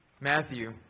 Matthew